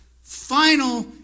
final